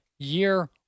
year